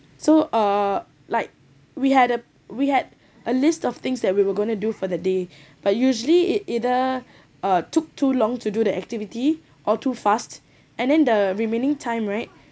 so uh like we had a we had a list of things that we were gonna do for the day but usually it either uh took too long to do the activity or too fast and then the remaining time right